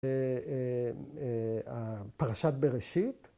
‫פרשת בראשית.